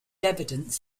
evidence